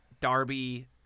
Darby